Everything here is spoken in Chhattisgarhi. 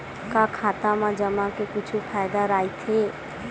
का खाता मा जमा के कुछु फ़ायदा राइथे?